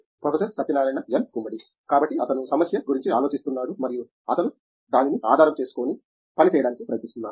professor Satyanarayana N Gummadi కాబట్టి అతను సమస్య గురించి ఆలోచిస్తున్నాడు మరియు ఆతను దానిని ఆధారం చేసుకొని పని చేయడానికి ప్రయత్నిస్తున్నాడు